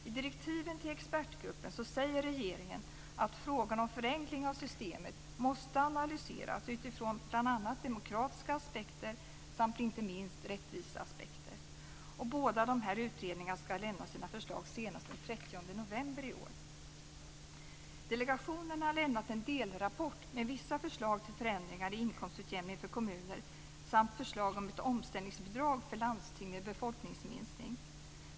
I direktiven till expertgruppen säger regeringen att frågan om förenkling av systemet måste analyseras utifrån bl.a. demokratiska aspekter samt inte minst rättviseaspekter. Båda utredningarna ska lämna sina förslag senast den 30 november i år. Delegationen har lämnat en delrapport med vissa förslag till förändringar i inkomstutjämningen för kommuner samt förslag om ett omställningsbidrag för landsting med befolkningsminskning.